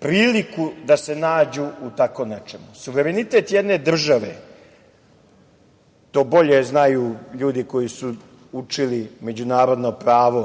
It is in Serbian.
priliku da se nađu u tako nečemu. Suverenitet jedne države, to bolje znaju ljudi koji su učili međunarodno pravo